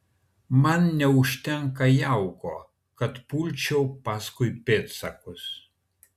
man neužtenka jauko kad pulčiau paskui pėdsakus